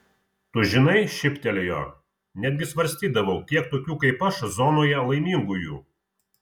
tu žinai šyptelėjo netgi svarstydavau kiek tokių kaip aš zonoje laimingųjų